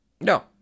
No